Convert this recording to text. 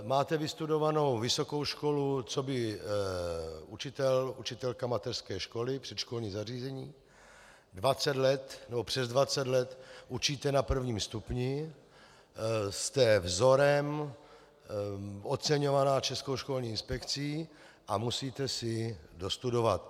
Máte vystudovanou vysokou školu coby učitel, učitelka mateřské školy, předškolní zařízení, 20 let nebo přes 20 let učíte na prvním stupni, jste vzorem, oceňovaná Českou školní inspekcí, a musíte si dostudovat.